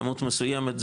כמות מסוימת,